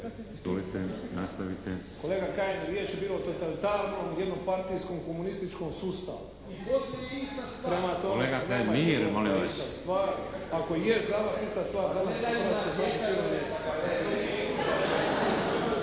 Kolega Linić, molim vas.